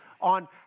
on